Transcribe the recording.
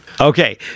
Okay